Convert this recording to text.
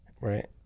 Right